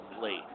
late